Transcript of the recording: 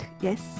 Yes